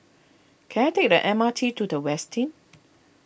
can I take the M R T to the Westin